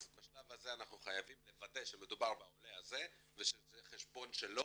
אז בשלב הזה אנחנו חייבים לוודא שמדובר בעולה הזה ושזה חשבון שלו